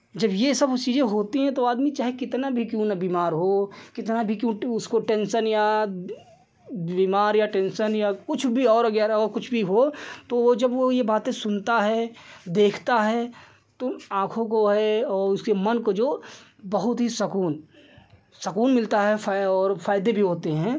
जब यह सब उस चीज़ें होती हैं तो आदमी चाहे कितना भी क्यों न बीमार हो कितना भी क्यों उसको टेन्शन या बीमार या टेन्शन या कुछ भी वग़ैरह हो कुछ भी हो तो जब वह यह बातें सुनता है देखता है तो आँखों को है और उससे मन को जो बहुत ही सकून सकून मिलता है फा और फ़ायदे भी होते हैं